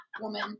woman